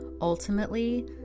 Ultimately